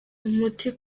umuti